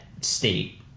state